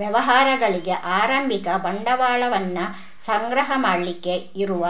ವ್ಯವಹಾರಗಳಿಗೆ ಆರಂಭಿಕ ಬಂಡವಾಳವನ್ನ ಸಂಗ್ರಹ ಮಾಡ್ಲಿಕ್ಕೆ ಇರುವ